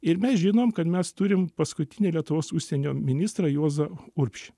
ir mes žinom kad mes turim paskutinį lietuvos užsienio ministrą juozą urbšį